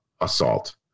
assault